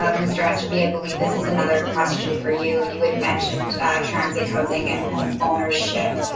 um mr. aster be. i believe this is another question for you. you had mentioned transient housing and home ownership.